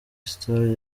style